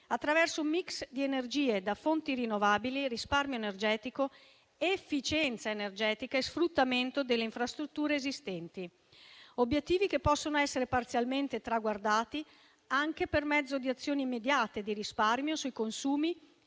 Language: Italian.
attraverso un *mix* di energie da fonti rinnovabili, risparmio energetico, efficienza energetica e sfruttamento delle infrastrutture esistenti, obiettivi che possono essere parzialmente traguardati anche per mezzo di azioni immediate di risparmio sui consumi